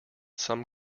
some